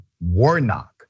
Warnock